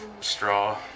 straw